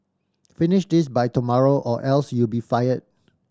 finish this by tomorrow or else you'll be fired